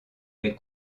les